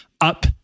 up